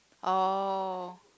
oh